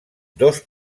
dos